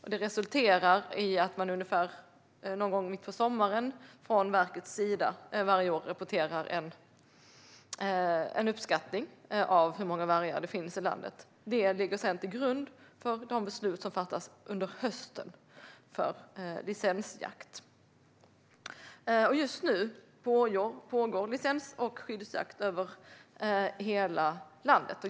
Detta resulterar i att man någon gång i mitten av sommaren varje år från verkets sida rapporterar en uppskattning av hur många vargar det finns i landet. Denna ligger sedan till grund för de beslut om licensjakt som fattas under hösten. Just nu pågår licens och skyddsjakt över hela landet.